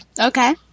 Okay